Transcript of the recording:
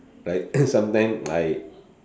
like sometimes I